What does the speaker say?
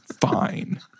Fine